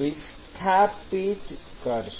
વિસ્થાપિત કરશે